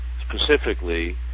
specifically